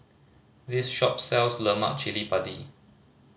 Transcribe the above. this shop sells lemak cili padi